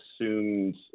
assumed